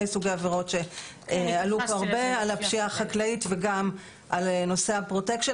סוגי עבירות שעלו פה הרבה הפשיעה החקלאית ונושא הפרוטקשן.